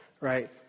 Right